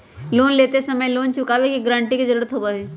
loan लेते समय loan चुकावे के गारंटी के जरुरत होबा हई